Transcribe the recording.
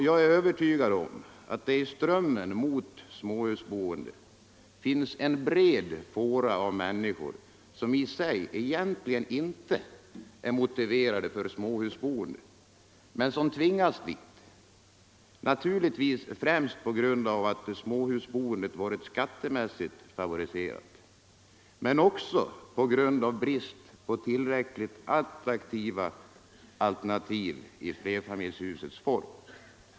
Jag är övertygad om att det i strömmen mot småhusboende finns en bred fåra av människor som i sig egentligen inte är motiverade för småhusboende men som tvingats dit — naturligtvis främst på grund av att småhusboendet varit skattemässigt favoriserat, men också på grund av brist på tillräckligt attraktiva alternativ i flerfamiljshusets form.